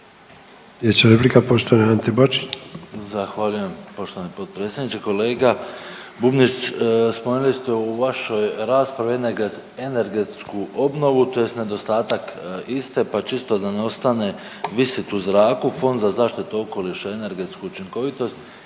Ante Bačić. **Bačić, Ante (HDZ)** Zahvaljujem poštovani potpredsjedniče. Kolega Brumnić spomenuli ste u vašoj raspravi energetsku obnovu tj. nedostatak iste pa čisto da ne ostane visit u zraku, Fond za zaštitu okoliša i energetsku učinkovitost